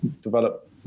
develop